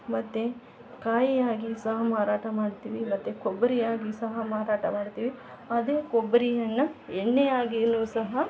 ಮತ್ತು ಕಾಯಿ ಆಗಿ ಸಹ ಮಾರಾಟ ಮಾಡ್ತೀವಿ ಮತ್ತು ಕೊಬ್ಬರಿಯಾಗಿ ಸಹ ಮಾರಾಟ ಮಾಡ್ತೀವಿ ಅದೇ ಕೊಬ್ಬರಿಯನ್ನ ಎಣ್ಣೆಯನಾಗಿಯು ಸಹ